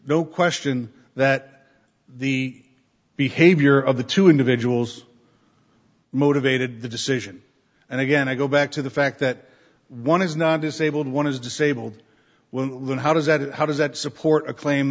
no question that the behavior of the two individuals motivated the decision and again i go back to the fact that one is not disabled one is disabled when how does that how does that support a claim